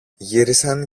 γύρισαν